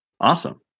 Awesome